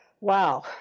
wow